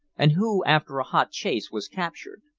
and who, after a hot chase, was captured.